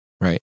Right